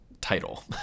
title